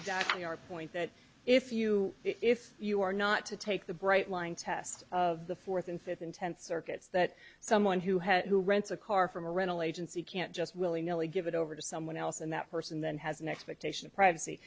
your point that if you if you are not to take the bright line test of the fourth and fifth intent circuits that someone who has who rents a car from a rental agency can't just willy nilly give it over to someone else and that person then has an expectation of privacy